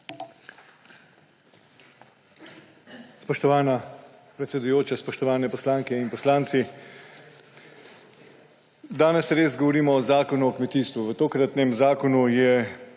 Spoštovana predsedujoča, spoštovani poslanke in poslanci! Danes res govorimo o Zakonu o kmetijstvu. V tokratnem zakonu so